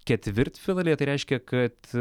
ketvirtfinalyje tai reiškia kad